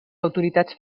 autoritats